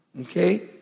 okay